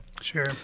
Sure